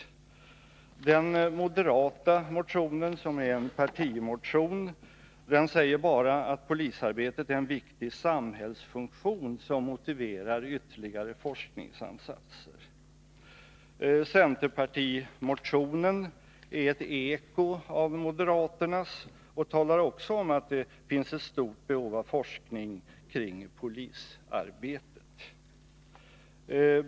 I den moderata motionen, som är en partimotion, sägs bara att polisarbetet är en viktig samhällsfunktion som motiverar ytterligare forskningsinsatser. Centerpartimotionen är ett eko av moderaternas och talar också om att det finns ett stort behov av forskning kring polisarbetet.